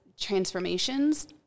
transformations